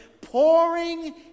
pouring